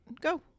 Go